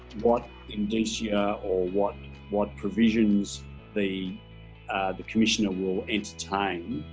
what indicia or what what provisions the the commissioner will entertain